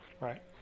Right